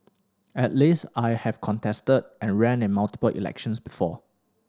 at least I have contested and ran in multiple elections before